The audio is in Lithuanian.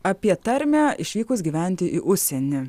apie tarmę išvykus gyventi į užsienį